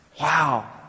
wow